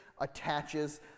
attaches